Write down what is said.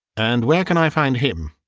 and where can i find him?